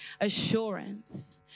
assurance